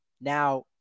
Now